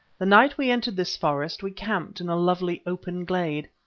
the night we entered this forest we camped in a lovely open glade.